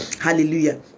hallelujah